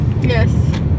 Yes